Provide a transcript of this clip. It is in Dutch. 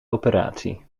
operatie